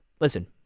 listen